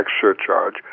surcharge